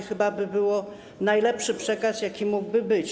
Chyba byłby to najlepszy przekaz, jaki mógłby być.